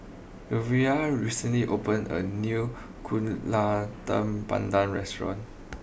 Lovina recently opened a new Kueh Talam Tepong Pandan restaurant